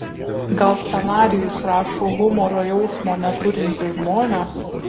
gal scenarijus rašo humoro jausmo neturintys žmonės